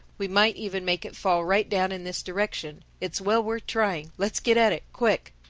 we might even make it fall right down in this direction. it's well worth trying. let's get at it, quick.